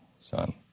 son